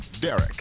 Derek